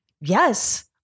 yes